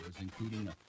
including